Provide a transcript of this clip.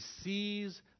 sees